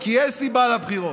כי יש סיבה לבחירות.